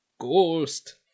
Ghost